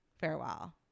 farewell